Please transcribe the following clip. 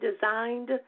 Designed